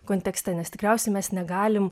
kontekste nes tikriausiai mes negalim